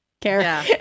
care